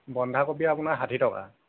বন্ধাকবি আপোনাৰ ষাঠি টকা